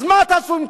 אז מה אתם רוצים,